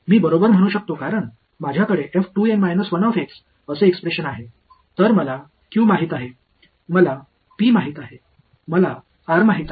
मी बरोबर म्हणू शकतो कारण माझ्याकडे असे एक्सप्रेशन आहे तर मला q माहित आहे मला p माहित आहे मला r माहित आहे